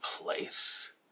place